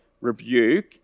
rebuke